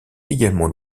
également